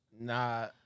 Nah